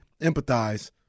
empathize